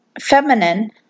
feminine